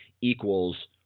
equals